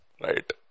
Right